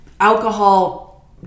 alcohol